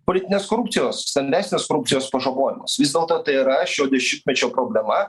politinės korupcijos stambesnės korupcijos pažabojimas vis dėlto tai yra šio dešimtmečio problema